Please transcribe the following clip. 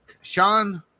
Sean